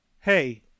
hey